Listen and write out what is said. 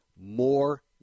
more